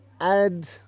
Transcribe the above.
add